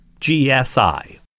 gsi